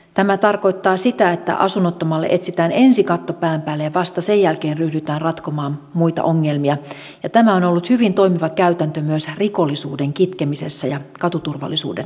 tämä tarkoittaa sitä että asunnottomalle etsitään ensin katto pään päälle ja vasta sen jälkeen ryhdytään ratkomaan muita ongelmia ja tämä on ollut hyvin toimiva käytäntö myös rikollisuuden kitkemisessä ja katuturvallisuuden lisäämisessä